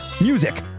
Music